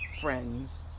friends